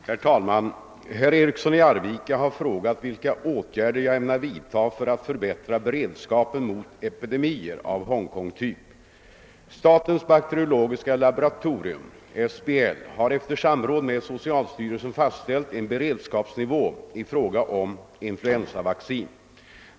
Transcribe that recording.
Herr talman! Herr Eriksson i Arvika har frågat vilka åtgärder jag ämnar vidta för att förbättra beredskapen mot epidemier av Hongkongtyp. Statens bakteriologiska laboratorium har efter samråd med socialstyrelsen fastställt en beredskapsnivå i fråga om influensavaccin.